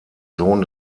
sohn